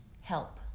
help